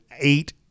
eight